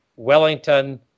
Wellington